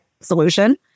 solution